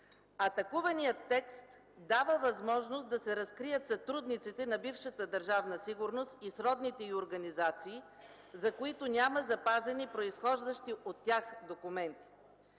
Атакуваният текст дава възможност да се разкрият сътрудниците на бившата Държавна сигурност и сродните й организации, за които няма запазени, произхождащи от тях документи.